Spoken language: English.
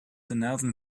nelson